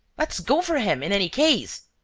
let's go for him, in any case,